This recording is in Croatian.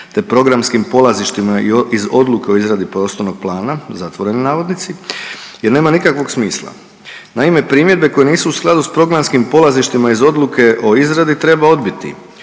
te programskim polazištima iz Odluke o izradi prostornog plana zatvoreni navodnici, jer nema nikakvog smisla. Naime, primjedbe koje nisu u skladu sa programskim polazištima iz Odluke o izradi treba odbiti.